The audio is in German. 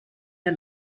der